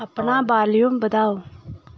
अपना वाल्यूम बधाओ